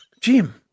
Jim